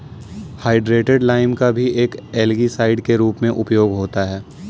hydrated lime का भी algicide के रूप में उपयोग होता है